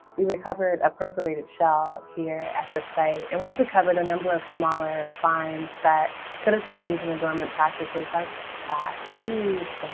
we recovered a perforated shell here at the site, and we've recovered a number of smaller finds that could have been used in adornment practices, like glass beads, but